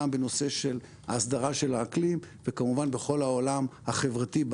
גם בנושא של ההסדרה של האקלים וכמובן בכל העולם החברתי,